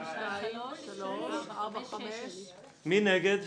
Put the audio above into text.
מי נגד?